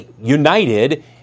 United